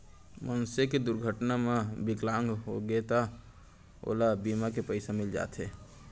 मनसे के दुरघटना म बिकलांग होगे त ओला बीमा के पइसा मिल जाथे